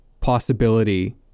possibility